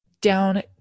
down